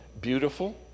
beautiful